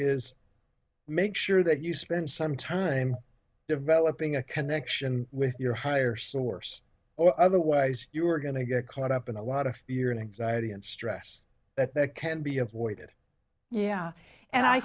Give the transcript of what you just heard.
is make sure that you spend some time developing a connection with your higher source or otherwise you are going to get caught up in a lot of fear and anxiety and stress that that can be avoided yeah and i